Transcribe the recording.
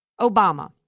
Obama